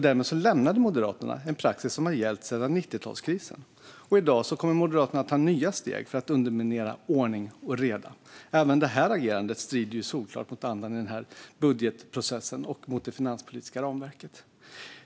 Därmed lämnade Moderaterna en praxis som har gällt sedan 90-talskrisen. I dag kommer Moderaterna att ta nya steg för att underminera ordning och reda. Även dagens agerande strider solklart mot andan i budgetprocessen och mot det finanspolitiska ramverket.